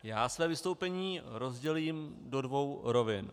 Já své vystoupení rozdělím do dvou rovin.